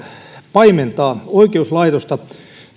paimentaa oikeuslaitosta